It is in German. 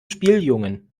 spieljungen